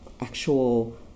actual